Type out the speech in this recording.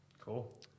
Cool